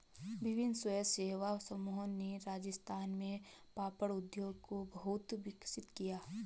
विभिन्न स्वयंसेवी समूहों ने राजस्थान में पापड़ उद्योग को बहुत विकसित किया